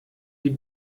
die